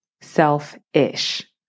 selfish